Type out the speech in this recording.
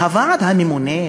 והוועדה הממונה,